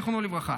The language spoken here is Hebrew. זיכרונו לברכה.